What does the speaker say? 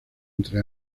entre